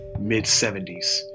mid-70s